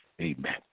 Amen